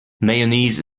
mayonnaise